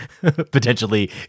potentially